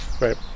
right